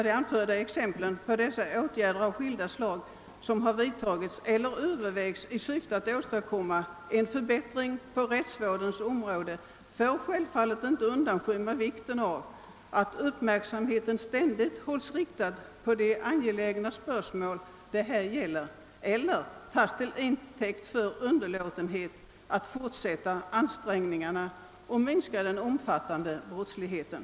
De anförda åtgärder av skilda slag som vidtagits eller övervägs i syfte att åstadkomma förbättringar : på rättsvårdens område får självfallet inte, såsom framhållits av utskottet, undanskymma vikten av att uppmärksamheten ständigt hålls riktad på de angelägna spörsmål det här gäller eller tas till intäkt för underlåtenhet att fortsätta ansträngningarna att minska den omfattande brottsligheten.